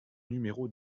numéro